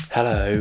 Hello